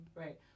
right